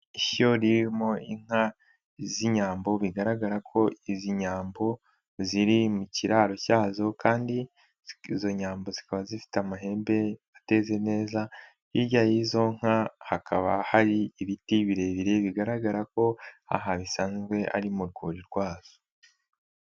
Ishyo ririmo inka z'inyambo bigaragara ko izi nyambo ziri mu kiraro cyazo kandi izo nyambo zikaba zifite amahembe ateze neza, hirya y'izo nka hakaba hari ibiti birebire bigaragara ko aha bisanzwe ari mu rwuri rwazo.